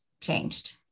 changed